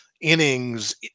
innings